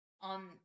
on